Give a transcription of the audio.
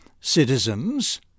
citizens